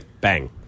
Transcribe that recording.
Bang